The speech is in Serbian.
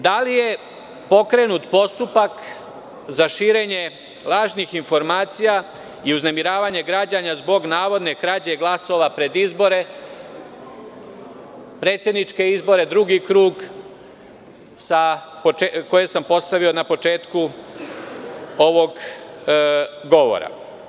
Da li je pokrenut postupak za širenje lažnih informacija i uznemiravanje građana zbog navodne krađe glasova pred izbore, predsedničke izbore, drugi krug, koje sam postavio na početku ovog govora?